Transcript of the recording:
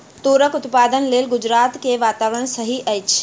तूरक उत्पादनक लेल गुजरात के वातावरण सही अछि